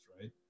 right